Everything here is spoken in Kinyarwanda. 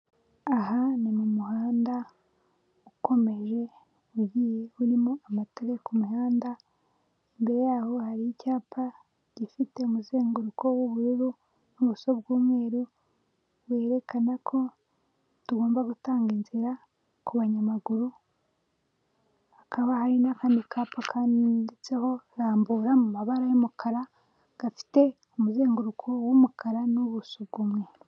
Aha ni mu muhanda ukomeje ugiye urimo amatara yo ku mihanda, imbere yaho hari icyapa gifite umuzenguruko w'ubururu, n'ubuso bw'umweru, werekana ko tugomba gutanga inzira ku banyamaguru, hakaba hari n'akandi kapa kanditseho Rambura mu mabara y'umukara, gafite umuzenguruko w'umukara, n'ubuso bw'umweru.